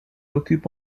occupe